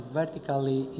vertically